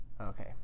Okay